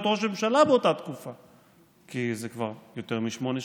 ראש ממשלה באותה תקופה כי זה כבר יותר משמונה שנים.